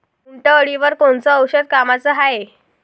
उंटअळीवर कोनचं औषध कामाचं हाये?